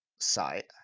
site